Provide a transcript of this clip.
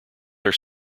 are